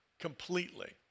completely